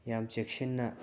ꯌꯥꯝ ꯆꯦꯛꯁꯤꯟꯅ